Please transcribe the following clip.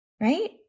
Right